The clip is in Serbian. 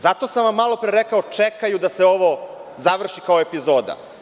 Zato sam vam malopre rekao – čekaju da se ovo završi kao epizoda.